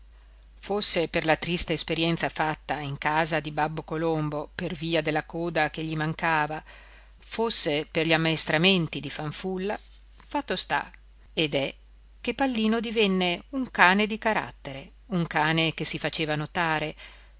fosse per la triste esperienza fatta in casa di babbo colombo per via della coda che gli mancava fosse per gli ammaestramenti di fanfulla fatto sta ed è che pallino divenne un cane di carattere un cane che si faceva notare